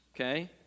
okay